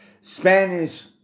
Spanish